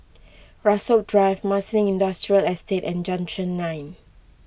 Rasok Drive Marsiling Industrial Estate and Junction nine